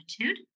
attitude